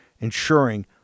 ensuring